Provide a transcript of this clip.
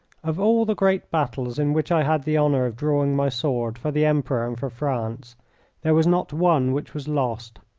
of all the great battles in which i had the honour of drawing my sword for the emperor and for france there was not one which was lost.